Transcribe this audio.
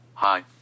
Hi